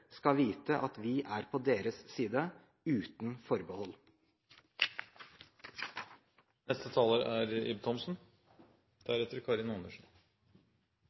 skal vite at vi er på deres side – uten